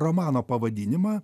romano pavadinimą